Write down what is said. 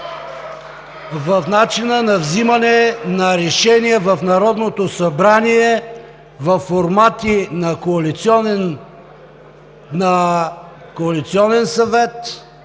в начина на взeмане на решения в Народното събрание във формати на Коалиционния съвет,